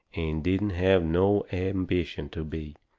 and didn't have no ambition to be.